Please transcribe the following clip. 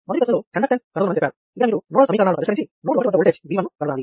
ఇక్కడ మీరు నోడల్ సమీకరణాలను పరిష్కరించి నోడ్ 1 వద్ద ఓల్టేజ్ V1 ను కనుగొనాలి